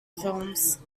films